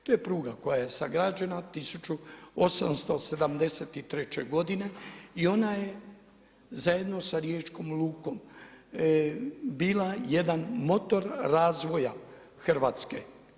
To je pruga koja je sagrađena 1873. godine i ona je zajedno sa riječkom lukom bila jedna motor razvoja Hrvatske.